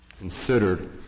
considered